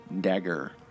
dagger